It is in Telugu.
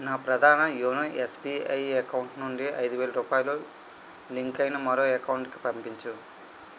నా ప్రధాన యోనో ఎస్బీఐ అకౌంట్ నుండి ఐదు వేల రూపాయలు లింకు అయిన మరో అకౌంటు కి పంపించు